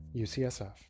UCSF